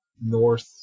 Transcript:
north